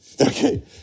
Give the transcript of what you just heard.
okay